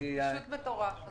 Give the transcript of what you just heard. זה פשוט מטורף.